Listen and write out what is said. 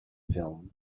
film